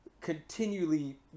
continually